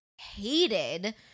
hated